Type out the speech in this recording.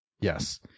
Yes